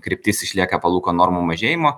kryptis išlieka palūkanų normų mažėjimo